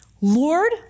Lord